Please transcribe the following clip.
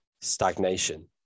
stagnation